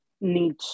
need